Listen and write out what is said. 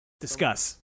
Discuss